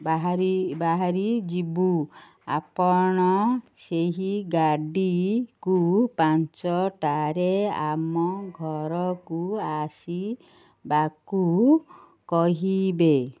ବାହାରି ବାହାରି ଯିବୁ ଆପଣ ସେହି ଗାଡ଼ିକୁ ପାଞ୍ଚଟାରେ ଆମ ଘରକୁ ଆସିବାକୁ କହିବେ